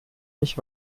nicht